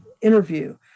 interview